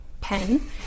pen